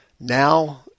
Now